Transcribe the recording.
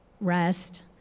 rest